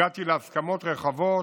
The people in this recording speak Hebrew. והגעתי להסכמות רחבות,